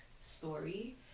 story